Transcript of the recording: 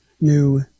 new